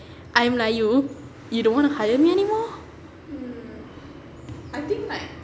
I melayu you don't wanna hire me anymore